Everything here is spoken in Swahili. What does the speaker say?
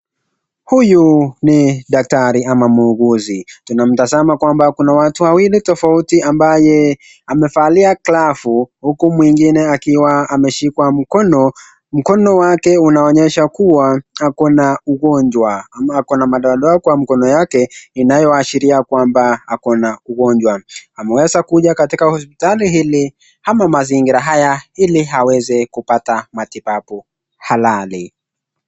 Huyu ni daktari ama muuguzi. Tunamtazama kwamba kuna watu wawili tofauti ambaye amevalia glavu huku mwingine akiwa ameshikwa mkono. Mkono wake unaonyesha kuwa ako na ugonjwa, ama ako na madoadoa kwa mkono yake inayoashiria kwamba ako na ugonjwa. Ameweza kuja katika hospitali hili ana mazingira haya ili aweze kupata matibabu halali.